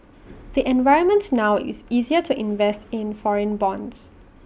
the environment now is easier to invest in foreign bonds